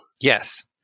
Yes